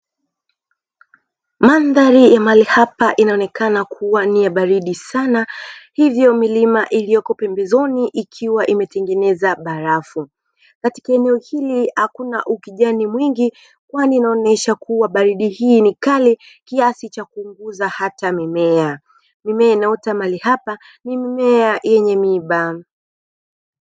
Mandhari ya mahali apa inaonekana kuwa ya baridi sana hivyo milima iliyoko pembezoni ikiwa imetengeneza barafu katika eneo hili hakuna ukijani mwingi kwani inaonesha kuwa baridi ni kali kiasi cha kuunguza mimea, mimea ya mahali apa ni mimea yenye miba.